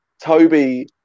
Toby